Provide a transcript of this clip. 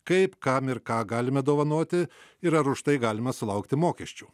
kaip kam ir ką galime dovanoti ir ar už tai galima sulaukti mokesčių